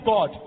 God